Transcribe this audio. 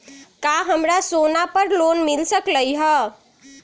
का हमरा के सोना पर लोन मिल सकलई ह?